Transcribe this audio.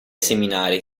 seminari